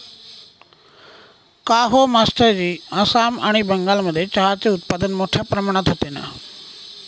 काहो मास्टरजी आसाम आणि बंगालमध्ये चहाचे उत्पादन मोठया प्रमाणात होते ना